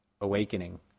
awakening